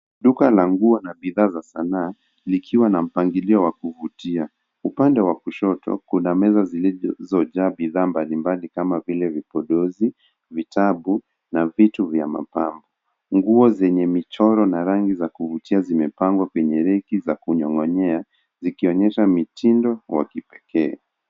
Duka la nguo na bidhaa za sanaa likiwa na mpangilio wa kuvutia upande wa kushoto kuna meza zilizojaa bidhaa mbalimbali kama vile vipodozi vitabu na vitu vya mapambo nguo zenye michoro na rangi za kuvutia zimepangwa kwenye reki za kunyongonyea zikionyesha mitindo ya kipekee